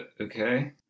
Okay